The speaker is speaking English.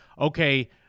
okay